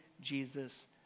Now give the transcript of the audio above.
Jesus